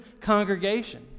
congregation